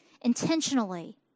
Intentionally